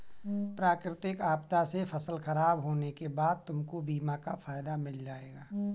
प्राकृतिक आपदा से फसल खराब होने के बाद तुमको बीमा का फायदा मिल जाएगा